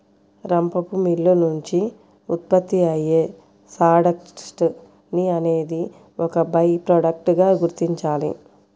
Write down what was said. రంపపు మిల్లు నుంచి ఉత్పత్తి అయ్యే సాడస్ట్ ని అనేది ఒక బై ప్రొడక్ట్ గా గుర్తించాలి